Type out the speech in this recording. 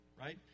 right